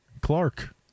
Clark